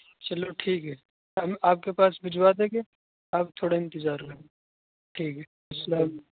چلو ٹھیک ہے ہم آپ کے پاس بھجوا دیں گے آپ تھوڑا انتظار کریں ٹھیک ہے السلام